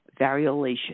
variolation